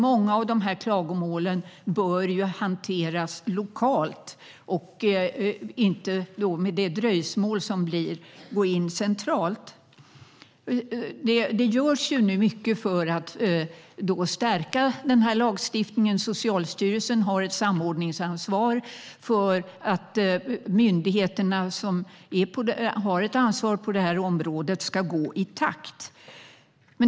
Många av klagomålen bör hanteras lokalt och utan de dröjsmål som blir när de går in centralt. Det görs nu mycket för att stärka lagstiftningen. Socialstyrelsen har ett samordningsansvar för att de myndigheter som har ett ansvar på detta område ska gå i takt.